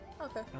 Okay